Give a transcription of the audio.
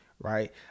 Right